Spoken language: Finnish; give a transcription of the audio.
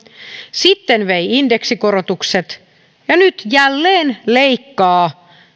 sitten vei indeksikorotukset ja nyt jälleen leikkaa